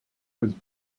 was